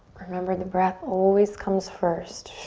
remember, the breath always comes first.